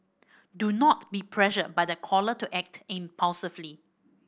do not be pressured by the caller to act impulsively